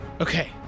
Okay